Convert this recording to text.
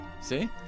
See